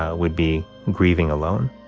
ah would be grieving alone.